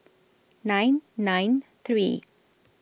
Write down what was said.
nine nine three